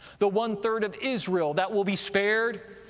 the one-third of israel that will be spared,